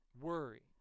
worry